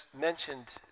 mentioned